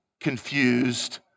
confused